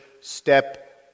step